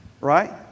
right